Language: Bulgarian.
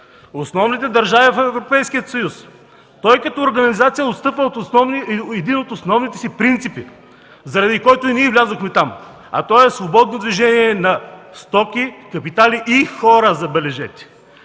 основните държави в Европейския съюз, той като организация отстъпва от един от основните си принципи, заради който и ние влязохме там – свободно движение на стоки, капитали и хора, забележете.